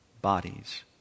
bodies